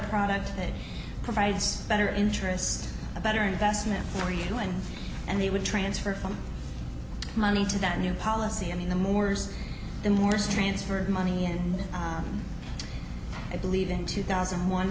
product that provides better interest a better investment for you and and they would transfer from money to that new policy and in the more's the morse transferred money and i believe in two thousand and one